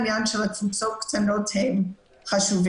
העניין של הקבוצות הקטנות הם חשובים.